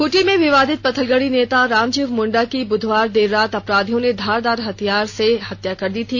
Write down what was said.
खूंटी में विवादित पत्थलगड़ी नेता रामजीव मुंडा की बुधवार देर रात अपराधियों ने धारदार हथियार से हमला कर हत्या कर दी थी